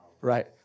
Right